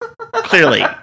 clearly